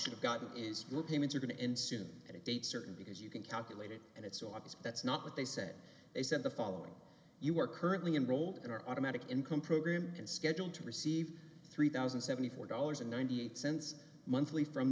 should've gotten is look a major going to end soon at a date certain because you can calculate it and it's so obvious that's not what they said they said the following you are currently enrolled in our automatic income program and scheduled to receive three thousand seventy four dollars and ninety cents monthly from